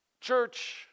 church